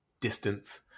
distance